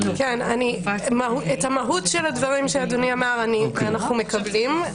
את המהות של הדברים שאדוני אמר אנחנו מקבלים.